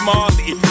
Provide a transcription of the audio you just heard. Marley